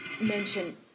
mention